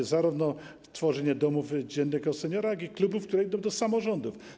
Chodzi zarówno o tworzenie domów dziennego seniora, jak i klubów, które idą do samorządów.